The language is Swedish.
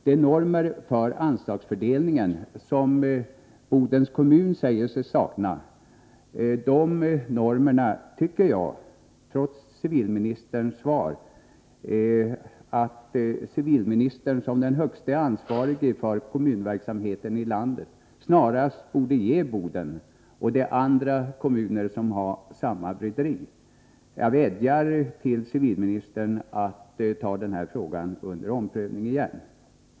De normer för anslagsfördelningen som Bodens kommun säger sig sakna tycker jag, trots civilministerns svar, att civilministern, som den högste ansvarige för kommunverksamheten i landet, snarast borde ge Boden och de andra kommuner som är i samma bryderi. Jag vädjar till civilministern att ta den här frågan under omprövning igen.